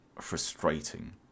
frustrating